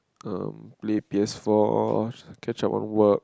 erm play P_S-four or catch up on work